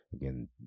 again